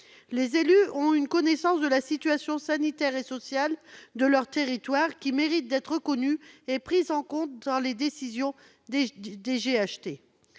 les élus ont une connaissance de la situation sanitaire et sociale de leur territoire qui mérite d'être reconnue et prise en compte dans les décisions des GHT.